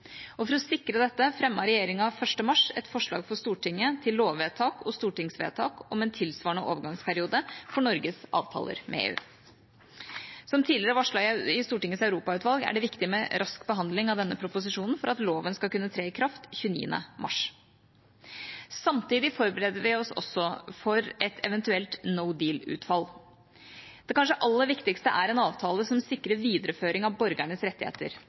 For å sikre dette fremmet regjeringa for Stortinget 1. mars et forslag til lovvedtak og stortingsvedtak om en tilsvarende overgangsperiode for Norges avtaler med EU. Som tidligere varslet i Stortingets europautvalg er det viktig med rask behandling av denne proposisjonen for at loven skal kunne tre i kraft 29. mars. Samtidig forbereder vi oss også på et eventuelt «no deal»-utfall. Det kanskje aller viktigste er en avtale som sikrer videreføring av borgernes rettigheter.